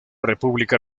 república